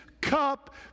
cup